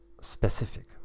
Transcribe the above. specific